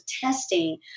testing